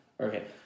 Okay